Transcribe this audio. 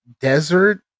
desert